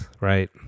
right